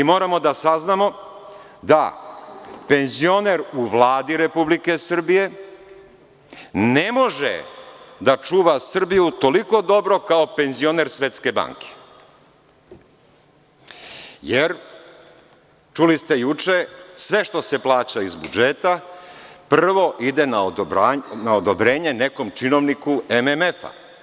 Moramo da saznamo da penzioner u Vladi Republike Srbije ne može da čuva Srbiju toliko dobro kao penzioner Svetske banke jer, čuli ste juče, sve što se plaća iz budžeta prvo ide na odobrenje nekom činovniku MMF.